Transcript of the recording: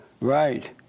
Right